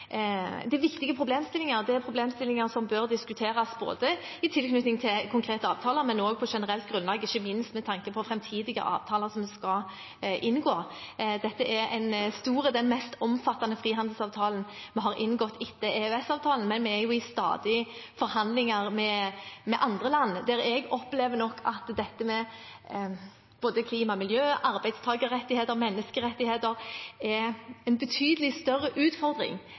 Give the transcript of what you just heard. det er viktige problemstillinger. Det er problemstillinger som bør diskuteres i tilknytning til konkrete avtaler, men også på generelt grunnlag, ikke minst med tanke på framtidige avtaler vi skal inngå. Dette er den mest omfattende frihandelsavtalen vi har inngått etter EØS-avtalen, men vi er i stadige forhandlinger med andre land der jeg nok opplever at både klima og miljø, arbeidstakerrettigheter og menneskerettigheter er en betydelig større utfordring